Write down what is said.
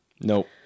Nope